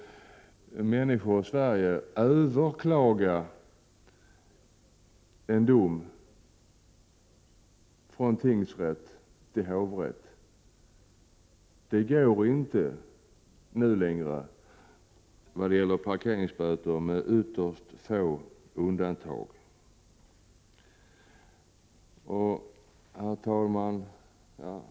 Människor i Sverige kan överklaga en dom från tingsrätt till hovrätt, men det går inte nu längre beträffande parkeringsböter, med ytterst få undantag. Herr talman!